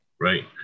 Right